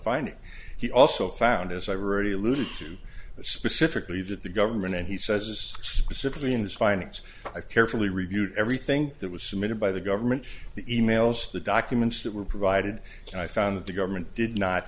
fine he also found as i've already alluded to specifically that the government and he says specifically in this findings i've carefully reviewed everything that was submitted by the government the e mails the documents that were provided i found that the government did not